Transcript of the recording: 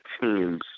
teams